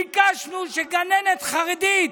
ביקשנו שגננת חרדית,